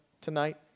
tonight